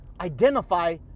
identify